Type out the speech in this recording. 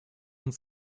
und